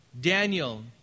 Daniel